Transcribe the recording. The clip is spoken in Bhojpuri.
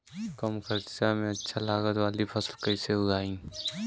कम खर्चा में अच्छा लागत वाली फसल कैसे उगाई?